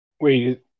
Wait